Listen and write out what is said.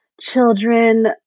children